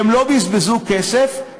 הם לא בזבזו כסף,